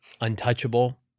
untouchable